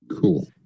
cool